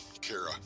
Kara